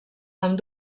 amb